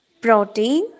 protein